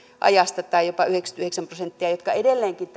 ajasta tai jopa yhdeksänkymmentäyhdeksän prosenttia ja jotka edelleenkin